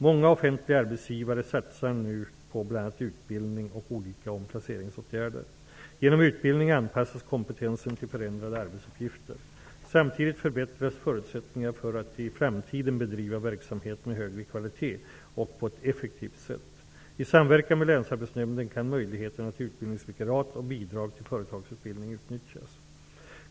Många offentliga arbetsgivare satsar nu på bl.a. utbildning och olika omplaceringsåtgärder. Genom utbildning anpassas kompetensen till förändrade arbetsuppgifter. Samtidigt förbättras förutsättningarna för att i framtiden bedriva verksamhet med högre kvalitet och på ett effektivt sätt. I samverkan med länsarbetsnämnden kan möjligheterna till utbildningsvikariat och bidrag till företagsutbildning utnyttjas.